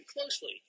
closely